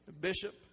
Bishop